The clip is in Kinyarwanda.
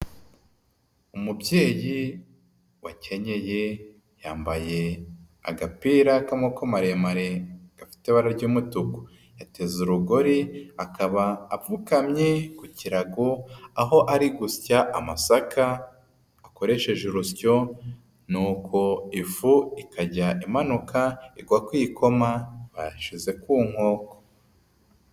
Umubyeyi wakenyeye yambaye agapira k'amaboko maremare gafite ibara ry'umutuku. Yateze urugori akaba apfukamye ku kirago, aho ari gusya amasaka, akoresheje urusyo nuko ifu ikajya imanuka igwa ku ikoma bashize ku nkoko.